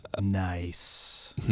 Nice